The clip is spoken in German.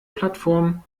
plattformen